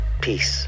peace